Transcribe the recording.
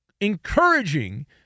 encouraging